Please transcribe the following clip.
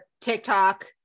TikTok